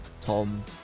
Tom